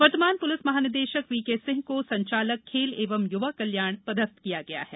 वर्तमान पुलिस महानिदेशक वीके सिंह को संचालक खेल एवं युवा कल्याण पदस्थ किया गया है